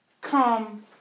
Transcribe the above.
come